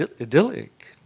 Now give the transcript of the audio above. idyllic